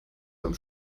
beim